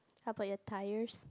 how about your tyres